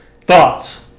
Thoughts